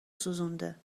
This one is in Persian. سوزونده